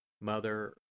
Mother